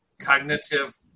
cognitive